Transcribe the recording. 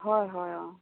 হয় হয় অঁ